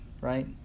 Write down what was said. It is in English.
right